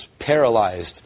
paralyzed